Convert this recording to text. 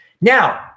Now